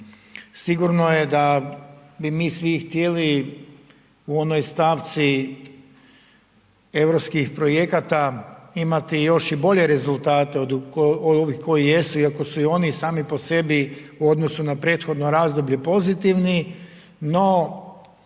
Sigurno je da bi mi svi htjeli u onoj stavci europskih projekata imati još i bolje rezultate od ovih koji jesu iako su i oni sami po sebi u odnosu na prethodno razdoblje pozitivni, no